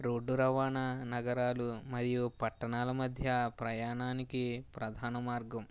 road రవాణా నగరాలు మరియు పట్టణాల మధ్య ప్రయాణానికి ప్రధాన మార్గం